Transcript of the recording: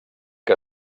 que